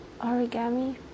origami